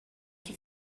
que